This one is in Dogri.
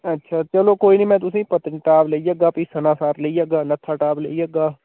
अच्छा चलो कोई निं में तुसे ईं पत्नीटाप लेई जाह्गा भी सनासर लेई जाह्गा नत्थाटाप लेई जाह्गा